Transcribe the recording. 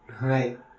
Right